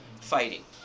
fighting